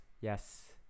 Yes